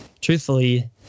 truthfully